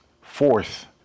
fourth